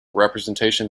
representation